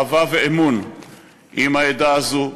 אהבה ואמון עם העדה הזו,